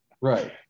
Right